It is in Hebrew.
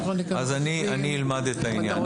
ואני אלמד את העניין.